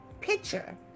picture